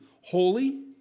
holy